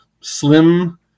slim